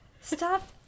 stop